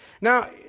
Now